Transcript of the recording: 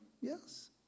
Yes